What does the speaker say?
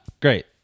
Great